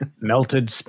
melted